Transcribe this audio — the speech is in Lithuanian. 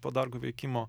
padargų veikimo